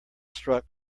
struck